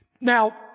Now